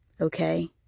okay